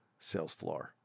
SalesFloor